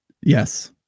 Yes